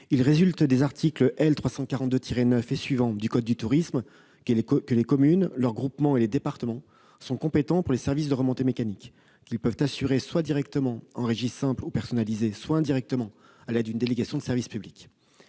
Il résulte des articles L. 342-9 et suivants du code du tourisme que les communes, leurs groupements et les départements sont compétents pour les services de remontée mécanique, qu'ils peuvent assurer soit directement, en régie simple ou personnalisée, soit indirectement, à l'aide d'une délégation de service public.